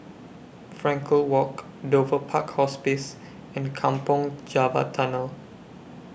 Frankel Walk Dover Park Hospice and Kampong Java Tunnel